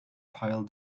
pile